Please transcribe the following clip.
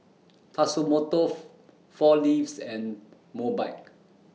Tatsumoto four Leaves and Mobike